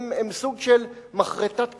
הם סוג של מחרטת "קסאמים",